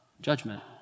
judgment